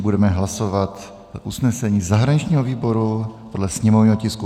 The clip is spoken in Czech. Budeme hlasovat usnesení zahraničního výboru podle sněmovního tisku 734/2.